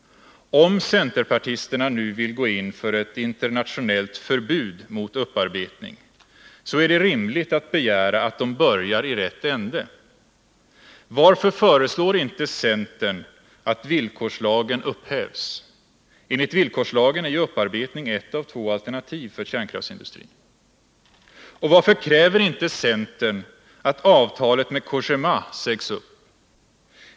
Om centerpartisterna nu vill gå in för ett internationellt förbud mot upparbetning, så är det rimligt att begära att de börjar i rätt ände. Varför föreslår inte centern att villkorslagen upphävs? Enligt villkorslagen är ju upparbetning ett av två alternativ för kärnkraftsindustrin. Och varför kräver inte centern att avtalet med Cogéma sägs upp?